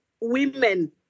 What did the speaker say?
women